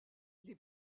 les